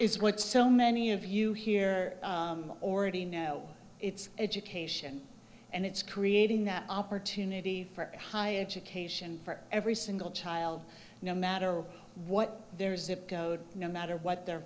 is what so many of you here already know it's education and it's creating the opportunity for higher education for every single child no matter what their zip code no matter what their